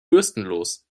bürstenlos